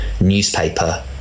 newspaper